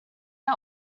are